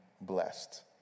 blessed